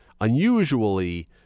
unusually